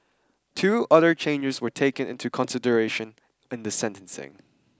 two other changes were taken into consideration in the sentencing